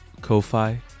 Ko-Fi